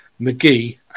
McGee